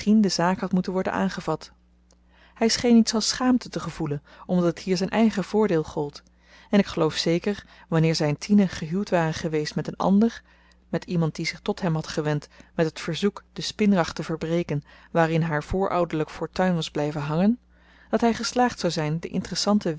de zaak had moeten worden aangevat hy scheen iets als schaamte te gevoelen omdat het hier zyn eigen voordeel gold en ik geloof zeker wanneer zyn tine gehuwd ware geweest met een ander met iemand die zich tot hem had gewend met het verzoek de spinrag te verbreken waarin haar voorouderlyk fortuin was blyven hangen dat hy geslaagd zou zyn de interessante